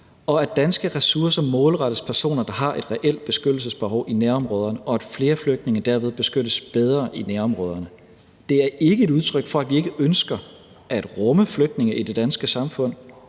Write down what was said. og at danske ressourcer målrettes personer, der har et reelt beskyttelsesbehov, i nærområderne, og at flere flygtninge derved beskyttes bedre i nærområderne. Det er ikke et udtryk for, at vi ikke ønsker at rumme flygtninge i det danske samfund.